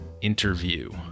interview